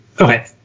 okay